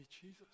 Jesus